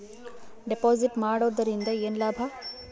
Deposit ಮಾಡುದರಿಂದ ಏನು ಲಾಭ?